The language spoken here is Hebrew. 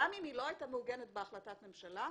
גם אם היא לא הייתה מעוגנת בהחלטת ממשלה,